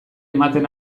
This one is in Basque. ematen